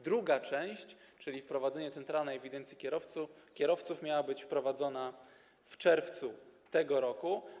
Druga część, czyli wprowadzenie centralnej ewidencji kierowców, miała być wprowadzona w czerwcu tego roku.